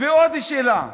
ועוד שאלה: